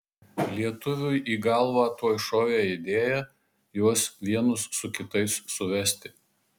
lietuviui į galvą tuoj šovė idėja juos vienus su kitais suvesti